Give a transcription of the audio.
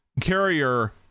carrier